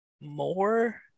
More